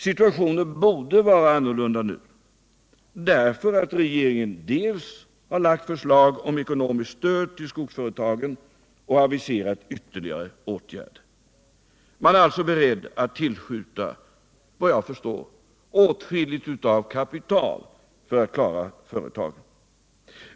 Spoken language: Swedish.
Situationen borde nu vara en annan, eftersom regeringen lagt fram förslag om ekonomiskt stöd till skogsföretagen och aviserat ytterligare åtgärder. Man är alltså såvitt jag förstår beredd att tillskjuta åtskilligt med kapital för att klara företagen.